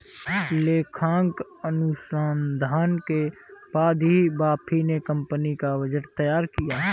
लेखांकन अनुसंधान के बाद ही बॉबी ने कंपनी का बजट तैयार किया